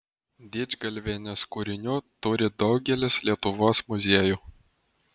didžgalvienės kūrinių turi daugelis lietuvos muziejų